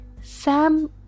sam